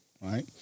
right